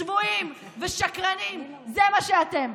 צבועים ושקרנים, זה מה שאתם.